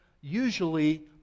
usually